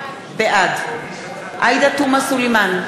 בעד עאידה תומא סלימאן,